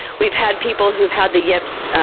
we've had people who've had the yips.